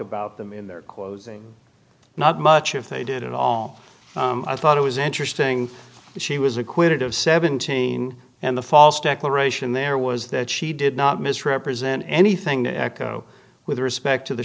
about them in their closing not much if they did at all i thought it was interesting that she was acquitted of seventeen and the false declaration there was that she did not misrepresent anything to echo with respect to the